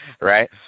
right